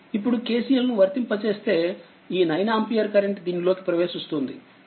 ఇప్పుడు KCL నువర్తింపజేస్తేఈ9ఆంపియర్ current దీనిలోకి ప్రవేశిస్తుంది